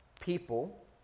people